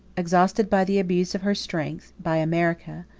exhausted by the abuse of her strength, by america,